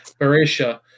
barisha